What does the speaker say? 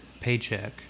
paycheck